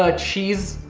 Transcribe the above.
ah cheese,